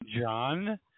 John